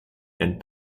and